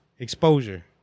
Exposure